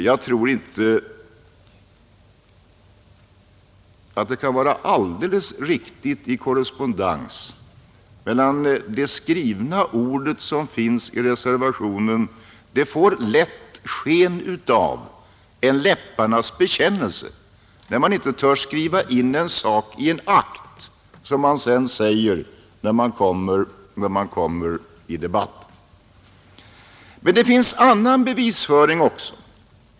Jag tror inte att det är helt i korrespondens med det skrivna ordet i reservationen. Det får lätt sken av en läpparnas bekännelse, då man i en akt inte törs skriva in en sak, som man säger när man kommer upp i debatten. Men det finns en annan bevisföring också.